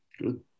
good